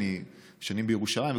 אני שנים בירושלים,